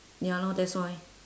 ya lor that's why